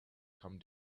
come